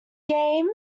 game